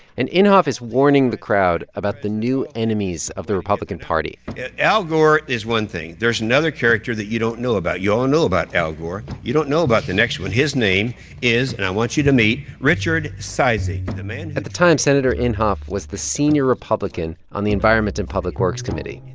and inhofe is warning the crowd about the new enemies of the republican party al gore is one thing. there's another character that you don't know about. you all know about al gore. you don't know about the next one his name is and i want you to meet richard cizik, the man. at the time, senator inhofe was the senior republican on the environment and public works committee.